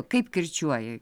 kaip kirčiuoji